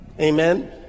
Amen